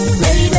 baby